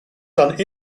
done